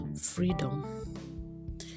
freedom